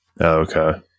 Okay